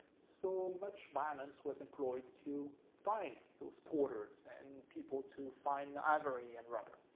so much violence was employed to find those porters and people to find ivory and rubber.